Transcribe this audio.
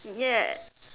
ya